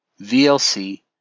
VLC